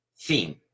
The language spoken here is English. theme